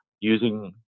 using